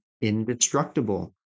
indestructible